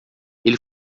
ele